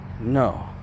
no